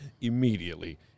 immediately